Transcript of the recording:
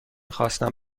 خواستم